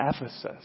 Ephesus